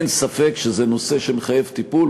אין ספק שזה נושא שמחייב טיפול.